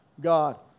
God